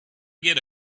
get